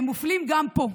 הם מופלים גם פה.